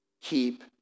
keep